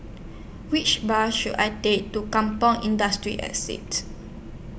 Which Bus should I Take to Kampong Industry Estate